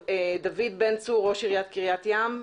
דוד אבן צור, ראש עיריית קריית ים,